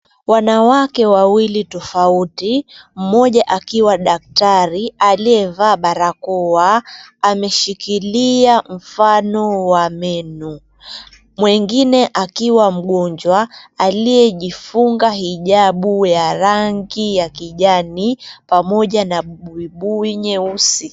Wanawake wawili tofauti mmoja akiwa daktari aliyevaa barakoa ameshikilia mfano wa meno mwengine akiwa mgonjwa aliyejifunga hijabu ya rangi ya kijani pamoja na buibui nyeusi.